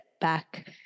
back